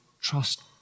Trust